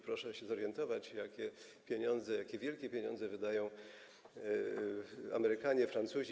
Proszę się zorientować, jakie pieniądze, jakie wielkie pieniądze wydają Amerykanie, Francuzi,